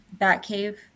Batcave